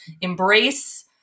embrace